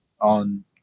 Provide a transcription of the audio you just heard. on